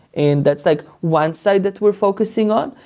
and that's like one side that we're focusing on.